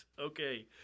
okay